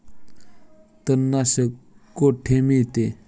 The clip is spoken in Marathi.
तणनाशक कुठे मिळते?